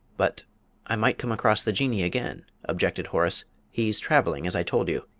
but i might come across the jinnee again, objected horace he's travelling, as i told you.